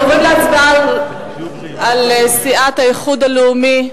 אנחנו עוברים להצבעה על הצעת סיעת האיחוד הלאומי.